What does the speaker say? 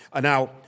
Now